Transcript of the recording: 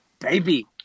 Baby